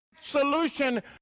solution